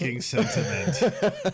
sentiment